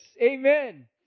Amen